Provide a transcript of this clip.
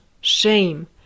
shame